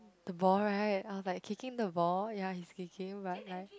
the ball right I was like kicking the ball ya he is kicking but like